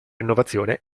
innovazione